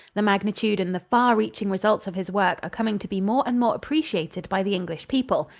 the magnitude and the far-reaching results of his work are coming to be more and more appreciated by the english people.